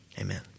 amen